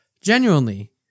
genuinely